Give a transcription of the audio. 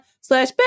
slash